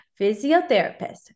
physiotherapist